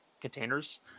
containers